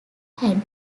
had